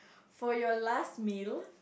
for your last meal